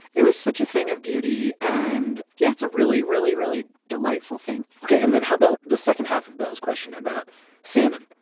it was such a thing of beauty, and yeah, it's a really, really, really delightful thing okay. and then how about the second half of bella's question about salmon?